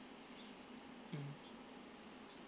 mm